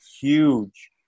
huge